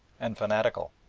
and fanatical.